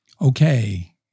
okay